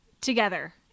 together